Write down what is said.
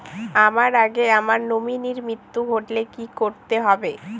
আমার আগে আমার নমিনীর মৃত্যু ঘটলে কি করতে হবে?